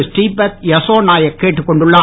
ஸ்ரீபத் யசோ நாயக் கேட்டுக்கொண்டுள்ளார்